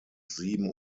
sieben